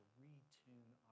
retune